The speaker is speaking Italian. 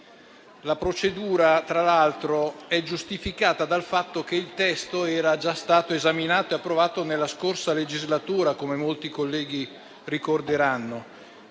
La procedura, tra l'altro, è giustificata dal fatto che il testo era già stato esaminato e approvato nella scorsa legislatura, come molti colleghi ricorderanno,